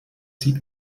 sieht